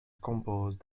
composed